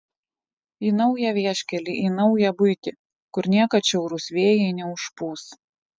į naują vieškelį į naują buitį kur niekad šiaurūs vėjai neužpūs